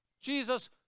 Jesus